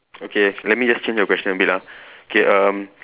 okay let me just change the question a bit ah okay um